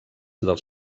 dels